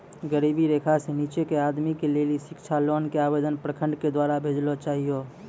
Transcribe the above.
गरीबी रेखा से नीचे के आदमी के लेली शिक्षा लोन के आवेदन प्रखंड के द्वारा भेजना चाहियौ?